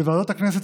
בוועדת הכנסת,